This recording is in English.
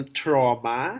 trauma